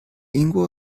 ingo